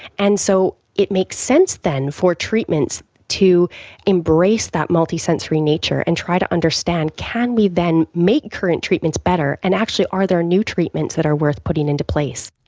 and so it makes sense then for treatments to embrace that multisensory nature and try to understand can we then make current treatments better, and actually are there new treatments that are worth putting into place.